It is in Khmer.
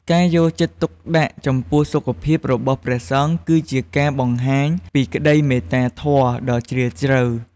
ការយកចិត្តទុកដាក់ចំពោះសុខភាពរបស់ព្រះសង្ឃ គឺជាការបង្ហាញពីក្តីមេត្តាធម៌ដ៏ជ្រាលជ្រៅ។